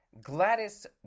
Gladys